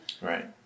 right